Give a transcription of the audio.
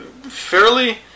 fairly